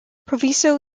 proviso